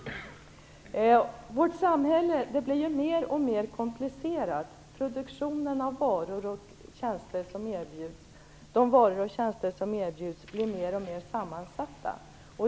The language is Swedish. Vårt samhälle blir ju mer och mer komplicerat. De varor och tjänster som erbjuds blir alltmer sammansatta.